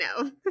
no